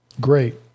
Great